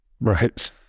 right